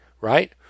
right